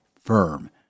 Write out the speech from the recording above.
firm